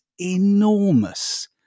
enormous